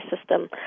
system